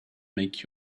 make